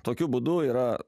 tokiu būdu yra